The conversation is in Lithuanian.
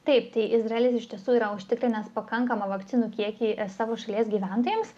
taip izraelis iš tiesų yra užtikrinęs pakankamą vakcinų kiekį savo šalies gyventojams